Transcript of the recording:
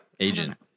Agent